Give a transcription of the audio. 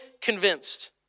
convinced